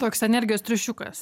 toks energijos triušiukas